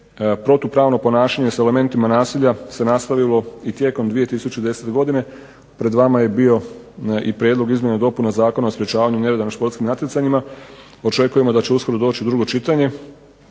protupravno ponašanje sa elementima nasilja se nastavilo i tijekom 2010. godine pred vama je bio i Prijedlog izmjene i dopune Zakona o sprječavanju nereda na športskim natjecanjima. Očekujemo da će uskoro doći drugo čitanje